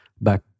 back